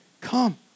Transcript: Come